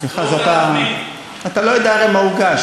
סליחה, הרי אתה לא יודע מה הוגש.